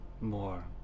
More